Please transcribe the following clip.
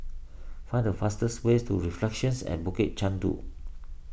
find the fastest ways to Reflections at Bukit Chandu